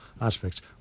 aspects